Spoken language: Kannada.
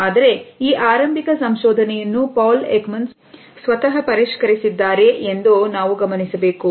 ಆದರೆ ಈ ಆರಂಭಿಕ ಸಂಶೋಧನೆಯನ್ನು Paul Ekman ಸ್ವತಹ ಪರಿಷ್ಕರಿಸಿದ್ದಾರೆ ಎಂದು ನಾವು ಗಮನಿಸಬೇಕು